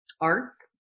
arts